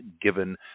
given